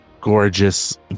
gorgeous